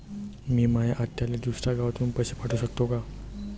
मी माया आत्याले दुसऱ्या गावातून पैसे पाठू शकतो का?